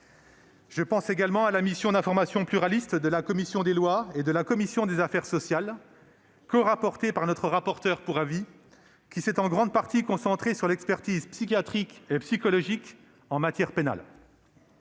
Je pense aussi à la mission d'information pluraliste de la commission des lois et de la commission des affaires sociales, dont notre rapporteur pour avis était l'un des rapporteurs, qui s'est en grande partie concentrée sur l'expertise psychiatrique et psychologique en matière pénale.